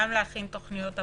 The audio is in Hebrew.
גם להכין תוכניות עבודה,